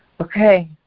Okay